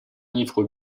livre